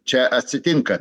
čia atsitinka